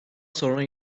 sonra